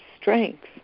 strength